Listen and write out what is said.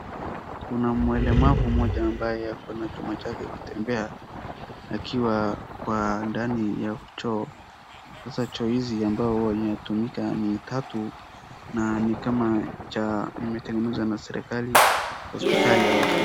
Kuna mlemavu mmoja ambaye ako na chumba chake kutembea, akiwa kwa ndani ya choo, sasa choo hizi ambao huwa inatumika ni tatu na ni kama cha imetengenezwa na serikali, hospitali au shule.